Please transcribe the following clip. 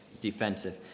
defensive